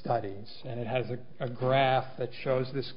studies and it has a graph that shows this